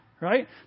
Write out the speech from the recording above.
right